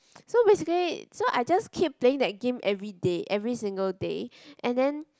so basically so I just keep playing that game everyday every single day and then